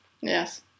Yes